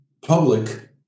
public